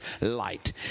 light